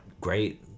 great